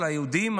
על היהודים,